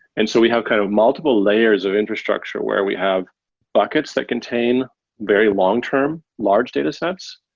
and so we have kind of multiple layers of infrastructure where we have buckets that contain very long-term large datasets,